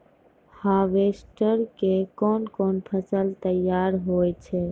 Harvester के कोन कोन फसल तैयार होय छै?